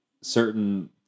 certain